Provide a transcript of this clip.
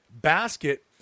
basket